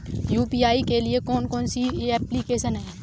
UPI के लिए कौन कौन सी एप्लिकेशन हैं?